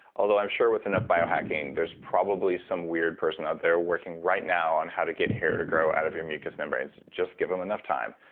although i'm sure with enough biohacking there's probably some weird person out there working right now on how to get hair to grow out of your mucous membranes just give them enough time.